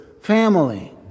family